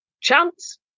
chance